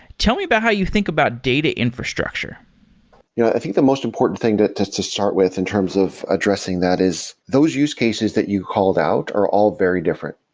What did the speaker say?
tell me about how you think about data infrastructure yeah. i think the most important thing to start with in terms of addressing that is those use cases that you called out are all very different.